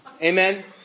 Amen